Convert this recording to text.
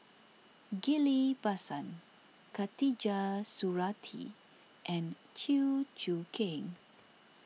Ghillie Basan Khatijah Surattee and Chew Choo Keng